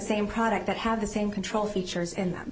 same product that have the same control features in them